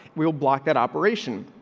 we'll block that operation.